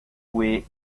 way